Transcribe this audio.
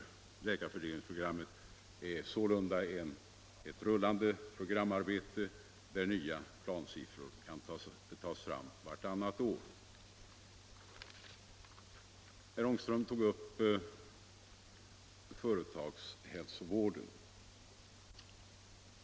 Läkarfördelningsprogrammet är sålunda ett rullande programarbete, där nya plansiffror kan tas fram vartannat år. Herr Ångström tog upp företagshälsovården.